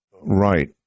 Right